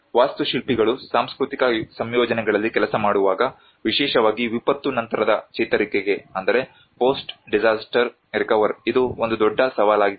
ವಾಸ್ತುಶಿಲ್ಪಿಗಳು ಸಾಂಸ್ಕೃತಿಕ ಸಂಯೋಜನೆಗಳಲ್ಲಿ ಕೆಲಸ ಮಾಡುವಾಗ ವಿಶೇಷವಾಗಿ ವಿಪತ್ತು ನಂತರದ ಚೇತರಿಕೆಗೆ ಇದು ಒಂದು ದೊಡ್ಡ ಸವಾಲಾಗಿದೆ